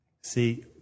See